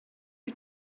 wyt